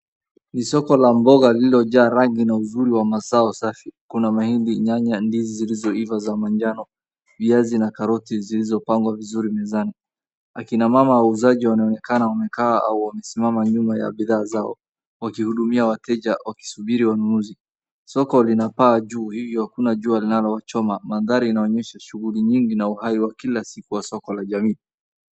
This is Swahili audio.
Ni soko la mboga lililojaa rangi na uzuri wa mazao safi. Kuna mahindi, nyanya, ndizi zilizoiva za manjano, viazi na karoti zilizopangwa vizuri mezani. Akina mama wauzaji wanaonekana wamekaa au wamesimama nyuma ya bidhaa zao wakihudumia wateja wakisubiri wanunuzi. Soko lina paa juu hivyo hakuna jua linalowachoma. Mandhari inaonyesha shughuli nyingi na uhai wa kila siku wa soko la jamii.